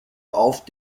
auf